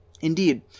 Indeed